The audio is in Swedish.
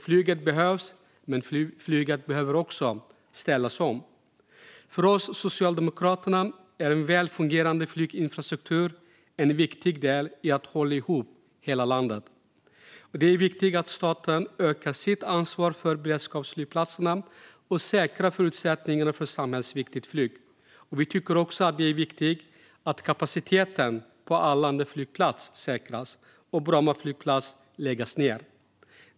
Flyget behövs, men flyget behöver också ställa om. För oss socialdemokrater är en väl fungerande flyginfrastruktur en viktig del i att hålla ihop hela landet. Det är viktigt att staten ökar sitt ansvar för beredskapsflygplatserna och säkrar förutsättningarna för samhällsviktigt flyg. Vi tycker också att det är viktigt att kapaciteten på Arlanda flygplats säkras och att Bromma flygplats ska läggas ner.